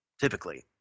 typically